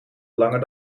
langer